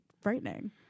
frightening